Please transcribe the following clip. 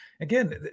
Again